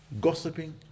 gossiping